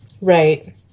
right